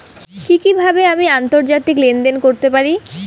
কি কিভাবে আমি আন্তর্জাতিক লেনদেন করতে পারি?